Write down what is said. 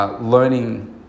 learning